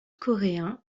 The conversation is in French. coréens